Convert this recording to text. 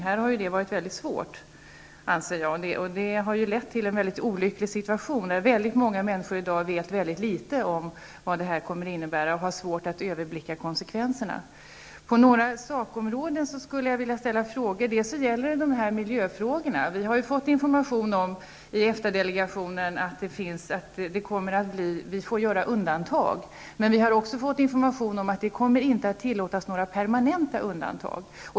Här har det varit väldigt svårt, anser jag. Det har lett till en mycket olycklig situation på så sätt att väldigt många människor i dag vet väldigt litet om vad avtalet kommer att innebära, och de har svårt att överblicka konsekvenserna. På några sakområden skulle jag vilja ställa frågor. Det gäller dels miljöfrågorna. Vi har i EFTA delegationen fått information om att vi får göra undantag, men vi har också fått information om att det inte kommer att tillåtas några permanenta undantag.